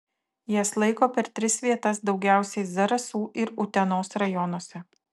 jas laiko per tris vietas daugiausiai zarasų ir utenos rajonuose